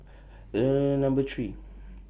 Number three